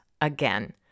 again